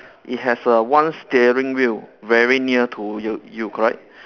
it has a one steering wheel very near to you you correct